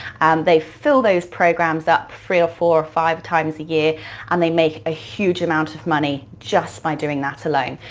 they fill those programs up three, four, five times a year and they make a huge amount of money just by doing that alone.